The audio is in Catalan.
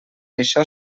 això